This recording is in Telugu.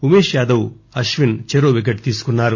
ఉమేష్ యాదవ్ అశ్విన్ చెరో వికెట్ తీసుకున్నారు